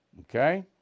Okay